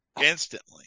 instantly